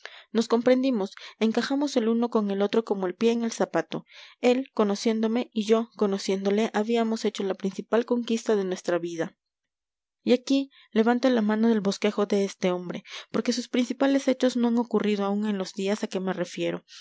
nos comprendimos encajamos el uno en el otro como el pie en el zapato él conociéndome y yo conociéndole habíamos hecho la principal conquista de nuestra vida y aquí levanto la mano del bosquejo de este hombre porque sus principales hechos no han ocurrido aún en los días a que me refiero